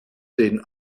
den